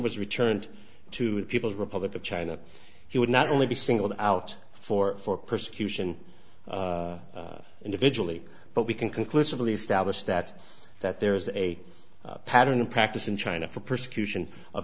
was returned to the people's republic of china he would not only be singled out for for persecution individually but we can conclusively established that that there is a pattern and practice in china for persecution of